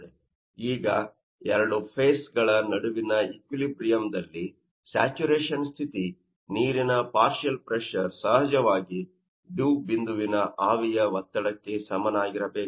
ಈಗ 2 ಫೇಸ್ ಗಳ ನಡುವಿನ ಇಕ್ವಿಲಿಬ್ರಿಯಮ್ ದಲ್ಲಿ ಸ್ಯಾಚುರೇಷನ್ ಸ್ಥಿತಿ ನೀರಿನ ಪಾರ್ಷಿಯಲ್ ಪ್ರೆಶರ್ ಸಹಜವಾಗಿ ಡಿವ್ ಬಿಂದುವಿನ ಆವಿಯ ಒತ್ತಡಕ್ಕೆ ಸಮನಾಗಿರಬೇಕು